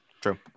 True